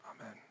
Amen